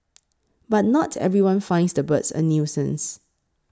but not everyone finds the birds a nuisance